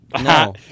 no